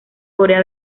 corea